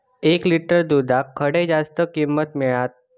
एक लिटर दूधाक खडे जास्त किंमत मिळात?